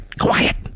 quiet